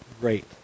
great